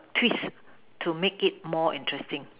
twist to make it more interesting